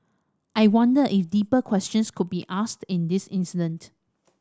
I wonder if deeper questions could be asked in this incident